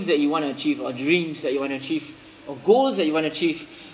that you wanna achieve or dreams that you wanna achieve or goals that you wanna achieve